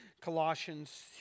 Colossians